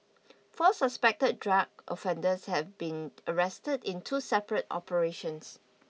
four suspected drug offenders have been arrested in two separate operations